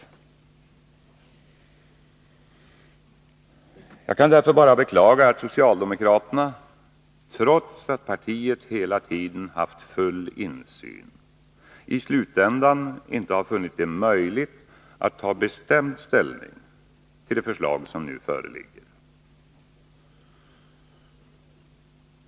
Jag kan därför bara beklaga att socialdemokraterna, trots att partiet hela tiden haft full insyn, i slutändan inte har funnit det möjligt att ta bestämd ställning till det förslag som nu föreligger.